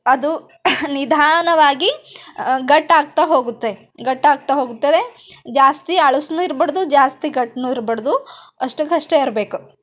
ಅದು ನಿಧಾನವಾಗಿ ಗಟ್ಟಾಗ್ತಾ ಹೋಗುತ್ತೆ ಗಟ್ಟಾಗ್ತಾ ಹೋಗುತ್ತದೆ ಜಾಸ್ತಿ ಅಳಸ್ನೂ ಇರಬಾರ್ದು ಜಾಸ್ತಿ ಗಟ್ನು ಇರ್ಬಾರ್ದು ಅಷ್ಟಕ್ಕಷ್ಟೇ ಇರಬೇಕು